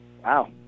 Wow